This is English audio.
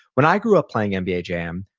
when i grew up playing nba jam,